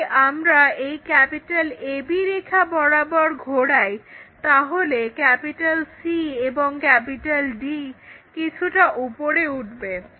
যদি আমরা এই AB রেখা বরাবর ঘোরাই তাহলে C এবং D কিছুটা উপরে উঠবে